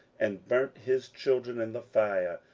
and burnt his children in the fire,